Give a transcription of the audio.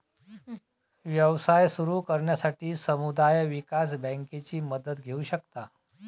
व्यवसाय सुरू करण्यासाठी समुदाय विकास बँकेची मदत घेऊ शकता